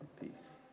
Peace